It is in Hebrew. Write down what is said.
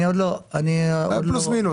אני עוד לא --- פלוס מינוס,